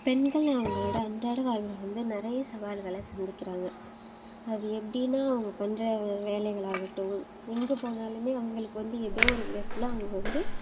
பெண்கள் அவங்களோட அன்றாட வாழ்வில் வந்து நிறைய சவால்களை சந்திக்கிறாங்க அது எப்படினா அவங்க பண்ணுற வேலைகள் ஆகட்டும் எங்கே போனாலும் அவங்களுக்கு வந்து ஏதோ ஒரு விதத்தில் அவங்க வந்து